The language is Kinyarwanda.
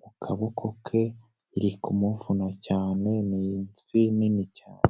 mu kaboko ke, iri kumuvuna cyane, ni ifi nini cyane.